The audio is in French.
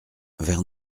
vers